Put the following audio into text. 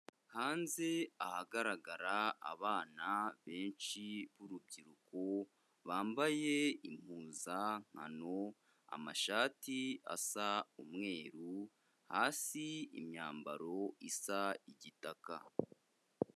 Hanze ahagaragara abana benshi b'urubyiruko bambaye impuzankano, amashati asa umweru, hasi imyambaro isa igitaka.